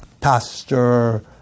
Pastor